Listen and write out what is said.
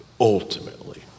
ultimately